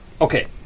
Okay